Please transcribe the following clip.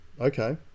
Okay